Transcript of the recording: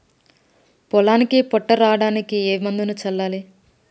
పొలానికి పొట్ట రావడానికి ఏ మందును చల్లాలి?